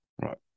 Right